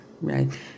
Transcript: right